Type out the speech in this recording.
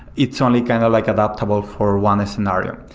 it's only kind of like adaptable for one scenario.